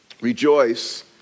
Rejoice